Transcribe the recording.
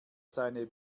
seine